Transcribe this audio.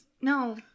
no